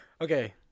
Okay